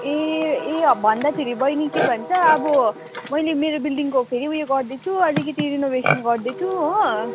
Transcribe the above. ए ए भन्दाखेरि बहिनी के भन्छ अब मैले मेरो बिल्डिङको फेरि ऊ यो गर्दैछु अलिकति रिनोभेसन गर्दैछु हो